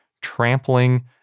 trampling